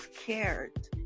scared